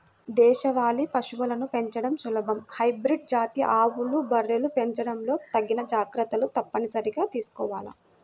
దేశవాళీ పశువులను పెంచడం సులభం, హైబ్రిడ్ జాతి ఆవులు, బర్రెల్ని పెంచడంలో తగిన జాగర్తలు తప్పనిసరిగా తీసుకోవాల